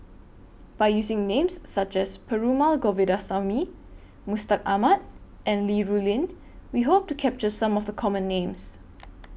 By using Names such as Perumal Govindaswamy Mustaq Ahmad and Li Rulin We Hope to capture Some of The Common Names